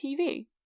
TV